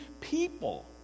people